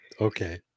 Okay